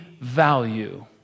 value